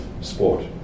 sport